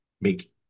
make